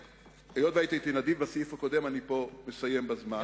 היות שהיית נדיב בסעיף הקודם, אני פה אסיים בזמן.